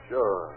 Sure